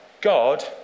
God